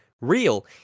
real